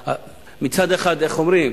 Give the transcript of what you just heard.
מצד אחד, איך אומרים,